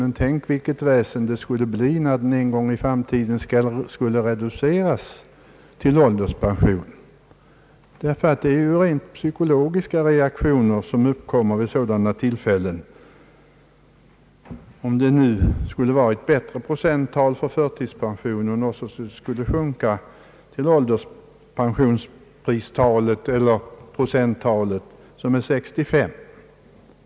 Men tänk vilket väsen det skulle bli när förtidspensionen en gång i framtiden skall reduceras till ålderspension. Det är ju rent psykologiska reaktioner som uppkommer vid sådana tillfällen, om det nu skulle vara ett bättre procenttal för förtidspensionen som sedan skulle sjunka till ålderspensionsprocenttalet, som är 65.